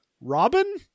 Robin